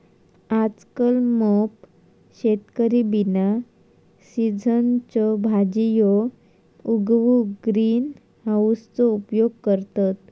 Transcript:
आजकल मोप शेतकरी बिना सिझनच्यो भाजीयो उगवूक ग्रीन हाउसचो उपयोग करतत